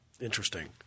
Interesting